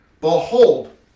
Behold